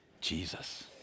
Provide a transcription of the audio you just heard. Jesus